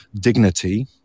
dignity